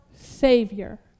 Savior